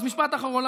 אז משפט אחרון.